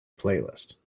playlist